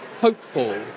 hopeful